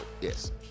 Yes